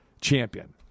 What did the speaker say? champion